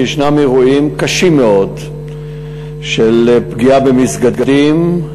כי יש אירועים קשים מאוד של פגיעה במסגדים,